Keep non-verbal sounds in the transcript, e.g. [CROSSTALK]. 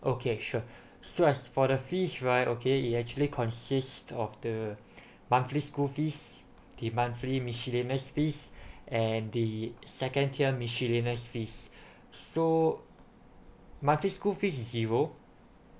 okay sure so as for the fees right okay it actually consists of the monthly school fees the monthly miscellaneous fees [BREATH] and the second tier miscellaneous fees [BREATH] so monthly school fees is zero